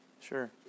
Sure